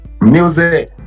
Music